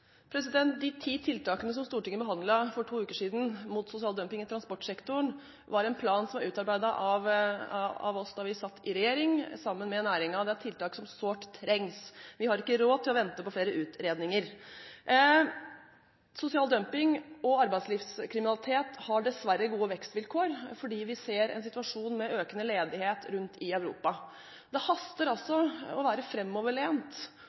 De ti tiltakene som Stortinget behandlet for to uker siden mot sosial dumping i transportsektoren, var en plan som var utarbeidet av oss da vi satt i regjering, sammen med næringen. Det er tiltak som sårt trengs. Vi har ikke råd til å vente på flere utredninger. Sosial dumping og arbeidslivskriminalitet har dessverre gode vekstvilkår, fordi vi ser en situasjon med økende ledighet rundt om i Europa. Det haster altså med å være